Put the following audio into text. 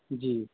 جی